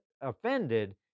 offended